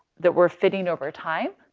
that we're fitting over time.